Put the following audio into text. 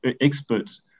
experts